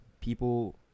people